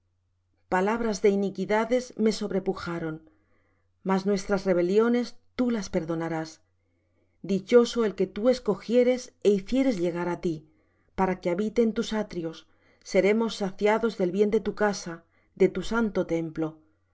palabras de iniquidades me sobrepujaron mas nuestras rebeliones tú las perdonarás dichoso el que tú escogieres é hicieres llegar á ti para que habite en tus atrios seremos saciados del bien de tu casa de tu santo templo